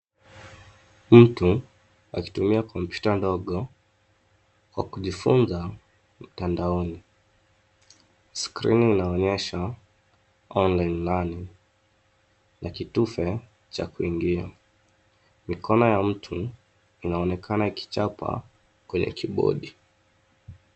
Mtu akitumia kompyuta ndogo wakijifunza mtandaoni ,skrini inaonyesha online learning na kitufe cha kuingia. Mikono ya mtu inaonekana ikichapa kwenye kibodi.